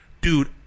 Dude